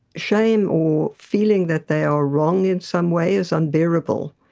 shame or feeling that they are wrong in some way is unbearable.